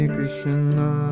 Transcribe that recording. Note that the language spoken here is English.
Krishna